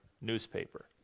newspaper